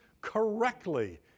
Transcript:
correctly